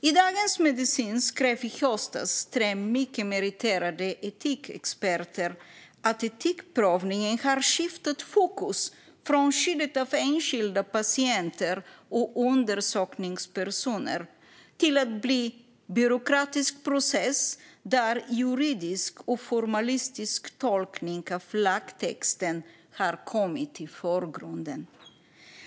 I Dagens Medicin skrev förra året tre mycket meriterade etikexperter att etikprövningen har skiftat fokus från skyddet av enskilda patienter och undersökningspersoner till att bli en byråkratisk process där juridisk och formalistisk tolkning av lagtexten har kommit i förgrunden.